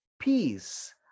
peace